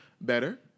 better